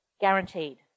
Guaranteed